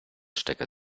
stecker